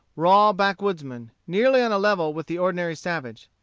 raw backwoodsman, nearly on a level with the ordinary savage.